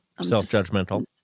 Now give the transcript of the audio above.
Self-judgmental